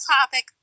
topic